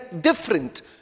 different